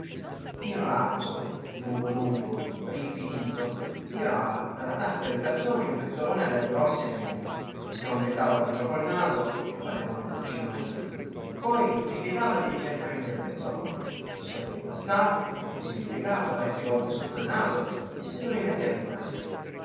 tino làbiso lungo lungo rinfichito tirava dalla tasca dei calzoni un pezzolone a dadi rossi e neri vi strombettava dentro col naso che pareva una buccina marina poi ripiegava diligentemente il pezzolone se lo ripassava così ripiegato parecchie volte sotto il naso e se lo rimetteva in tasca